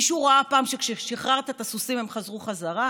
מישהו ראה פעם שכשמשחררים את הסוסים הם חוזרים בחזרה?